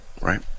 right